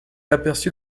aperçut